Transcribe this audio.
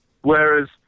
Whereas